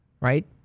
right